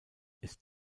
ist